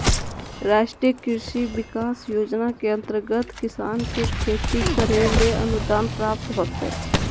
राष्ट्रीय कृषि विकास योजना के अंतर्गत किसान के खेती करैले अनुदान प्राप्त होतय